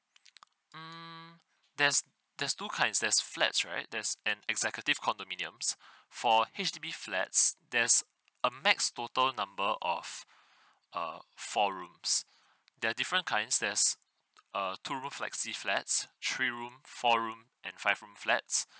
mm there's there's two kinds there's flats right there's an executive condominiums for H_D_B flats there's a max total number of uh four rooms there are different kinds there's a two room flexi flat three room four room and five room flats